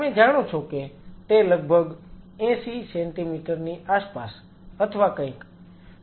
તમે જાણો છો કે તે લગભગ 80 સેન્ટિમીટર ની આસપાસ અથવા કંઈક